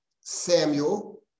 Samuel